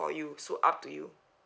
for you so up to you